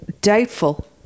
Doubtful